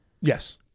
Yes